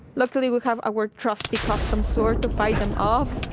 luckily, we have our trusty, custom sword to fight them off.